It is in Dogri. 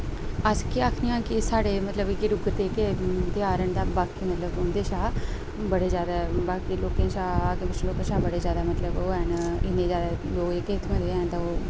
अस केह् आखने आं के साढ़े मतसब कि इ'यै डुग्गर दे जेह्के ध्यार हैन तां बाकी मतलब उं'दे शा बड़े जैदा बाकी लोकें शा बाकी लोकें शा बड़े जैदा मतलब ओह् हैन इन्ने जैदा लोक जेह्के इत्थूं दे हैन तां ओह्